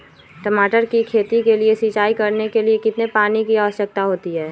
टमाटर की खेती के लिए सिंचाई करने के लिए कितने पानी की आवश्यकता होती है?